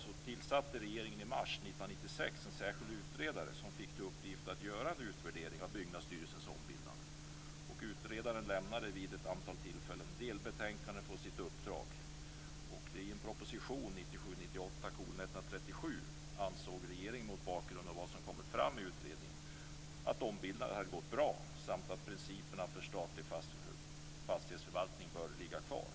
tal tillsatte regeringen i mars 1996 en särskild utredare som fick till uppgift att göra en utvärdering av Byggnadsstyrelsens ombildning. Utredaren lämnade vid ett antal tillfällen delbetänkanden från sitt uppdrag. I en proposition, 1997/98:137, ansåg regeringen mot bakgrund av vad som kommit fram i utredningen att ombildandet hade gått bra samt att principerna för statlig fastighetsförvaltning bör ligga kvar.